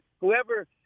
whoever